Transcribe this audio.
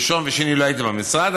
ראשון ושני לא הייתי במשרד.